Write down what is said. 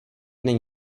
není